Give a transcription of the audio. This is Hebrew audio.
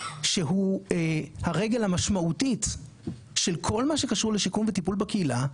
שהוא הרגל המשמעותית של כל מה שקשור לשיקום וטיפול בקהילה,